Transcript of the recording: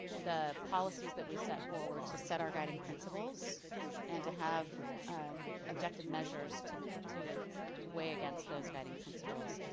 the policies that we set forward to set our guiding principles and to have objective measures to to weigh against those guiding principles.